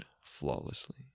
flawlessly